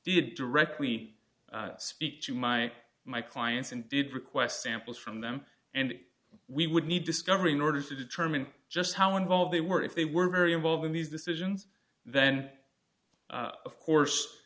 did directly speak to my my clients and did request samples from them and we would need discovering orders to determine just how involved they were if they were very involved in these decisions then of course